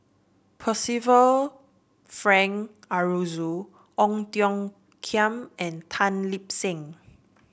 Percival Frank Aroozoo Ong Tiong Khiam and Tan Lip Seng